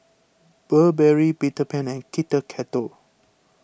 Burberry Peter Pan and Kit Kat